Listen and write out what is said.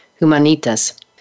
Humanitas